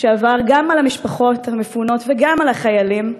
שעבר גם על המשפחות המפונות וגם על החיילים המפנים,